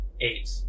Eight